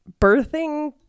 birthing